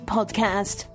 Podcast